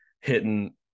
hitting